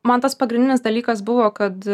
man tas pagrindinis dalykas buvo kad